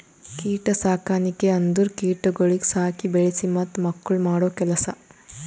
ಕೀಟ ಸಾಕಣಿಕೆ ಅಂದುರ್ ಕೀಟಗೊಳಿಗ್ ಸಾಕಿ, ಬೆಳಿಸಿ ಮತ್ತ ಮಕ್ಕುಳ್ ಮಾಡೋ ಕೆಲಸ